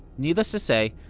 needless to say,